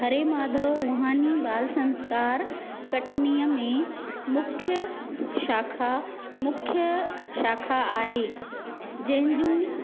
हरे माधव रूहानी बाल संस्कार कटनीअ में मुख्य शाखा मुख्य शाखा आहे जंहिं जूं